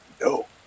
No